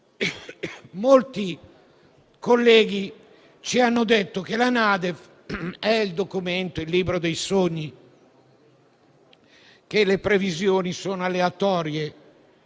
molti colleghi ci hanno detto che la Nota di aggiornamento è il libro dei sogni, che le previsioni sono aleatorie,